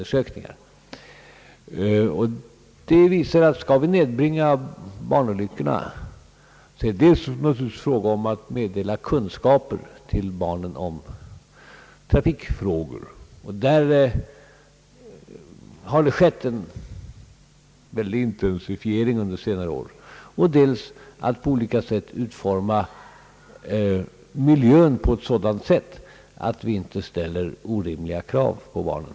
Skall vi kunna nedbringa barntrafikolyckorna måste vi naturligtvis dessutom meddela barnen kunskaper i trafikfrågor. På det området har en kraftig intensifiering skett under senare år. Vidare måste vi utforma miljön så att vi inte ställer orimliga krav på barnen.